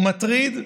הוא מטריד,